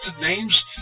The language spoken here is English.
names